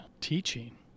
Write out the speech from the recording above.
teaching